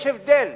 יש הבדל,